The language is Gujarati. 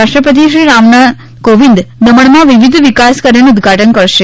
રાષ્ટ્રપતિ શ્રી કોવિંદ દમણમાં વિવિધ વિકાસકાર્યોનું ઉદ્દઘાટન કરશે